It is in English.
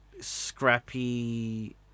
scrappy